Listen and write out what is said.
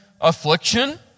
affliction